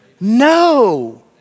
No